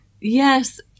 yes